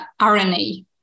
RNA